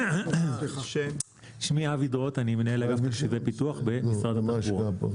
אני מנהל אגף משאבי פיתוח במשרד התחבורה.